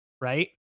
right